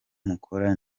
mukora